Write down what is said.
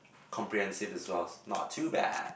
comprehensive as well not too bad